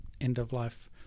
end-of-life